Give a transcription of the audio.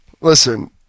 listen